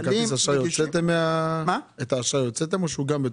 את כרטיס האשראי הוצאתם או שגם בתוך?